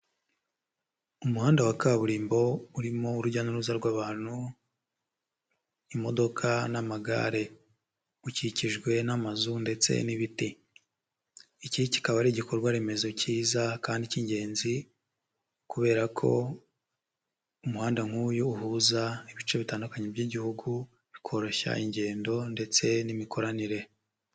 Umuhanda wa kaburimbo urimo urujya n'uruza rw'abantu, imodoka n'amagare. Ukikijwe n'amazu ndetse n'ibiti, iki kikaba ari igikorwa remezo cyiza kandi k'ingenzi kubera ko umuhanda nk'uyu uhuza ibice bitandukanye by'Igihugu bikoroshya ingendo ndetse n'imikoranire.